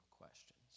questions